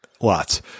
lots